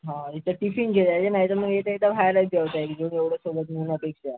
हो इथं टिफिन घेऊया नाही तर मग येता येता बाहेरच जेवता येईल एवढं सोबत नेण्यापेक्षा